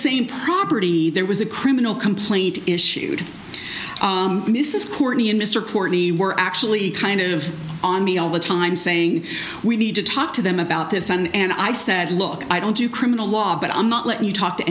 same property there was a criminal complaint issued this is courtney and mr courtney were actually kind of on me all the time saying we need to talk to them about this and i said look i don't do criminal law but i'm not let you talk to